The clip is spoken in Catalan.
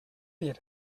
dir